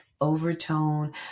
overtone